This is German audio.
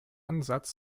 ansatz